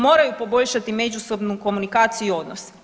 Moraju poboljšati međusobnu komunikaciju i odnos.